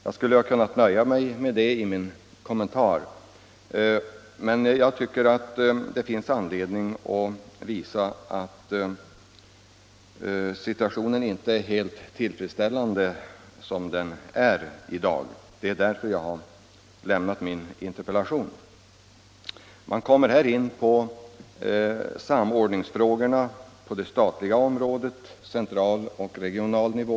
Jag skulle ha kunnat nöja mig med att säga detta i min kommentar, men jag tycker att det finns anledning visa att situationen inte är tillfredsställande som den är i dag. Det är därför jag har ställt min interpellation. Jag har i interpellationen pekat på samordningen på det statliga området, på central och regional nivå.